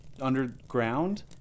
underground